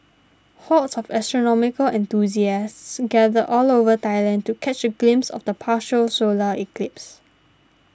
hordes of astronomical enthusiasts gathered all over Thailand to catch a glimpse of the partial solar eclipse